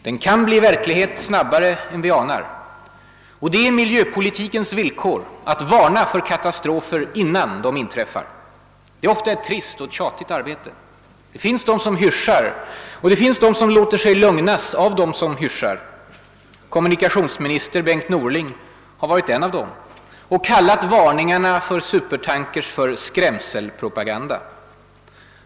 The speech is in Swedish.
Den kan bli verklighet snabbare än. vi anar, och det är miljöpolitikens vill-- kor att varna för katastrofer innan de inträffar. Det är ofta ett trist och tjatigt arbete. Det finns de som hyssjar, och det finns de som låter sig lugnas av denr som hyssjar. Kommunikationsminister Bengt Norling har varit en av dem och: kallat varningar mot supertankers för »skrämselpropaganda».